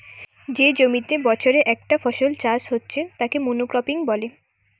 যে জমিতে বছরে একটা ফসল চাষ হচ্ছে তাকে মনোক্রপিং বলে